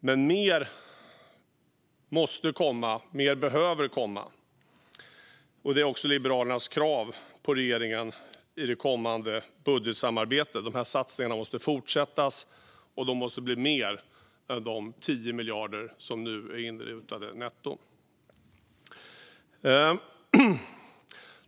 Men mer måste komma - mer behöver komma - och det är också Liberalernas krav på regeringen i det kommande budgetsamarbetet. De här satsningarna måste fortsätta, och det måste bli mer än de 10 miljarder netto som nu är inmutade.